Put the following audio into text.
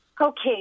Okay